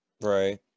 Right